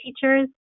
teachers